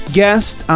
guest